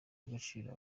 agaciro